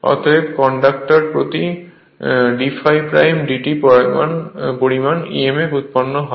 অতএব কন্ডাক্টর প্রতি d∅ dt পরিমান emf উৎপন্ন হয়